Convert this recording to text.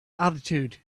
attitude